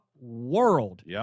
world